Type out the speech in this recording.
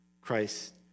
Christ